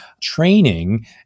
training